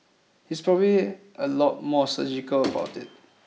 he's probably a lot more surgical about it